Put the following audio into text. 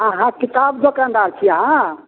अहाँ किताब दोकानदार छी अहाँ